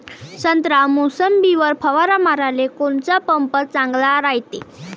संत्रा, मोसंबीवर फवारा माराले कोनचा पंप चांगला रायते?